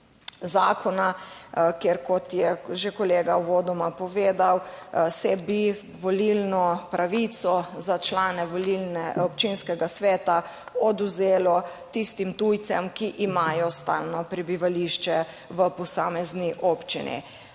TRAK: (SC) – 9.55 (nadaljevanje) povedal, se bi volilno pravico za člane volilne, Občinskega sveta odvzelo tistim tujcem, ki imajo stalno prebivališče v posamezni občini.